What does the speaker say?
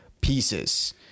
pieces